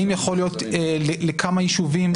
האם יכול להיות לכמה יישובים.